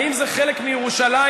האם זה חלק מירושלים?